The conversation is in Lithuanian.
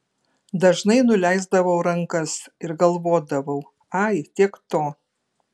dažnai nuleisdavau rankas ir galvodavau ai tiek to